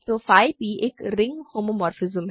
तो phi p एक ring homomorphism है